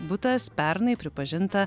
butas pernai pripažinta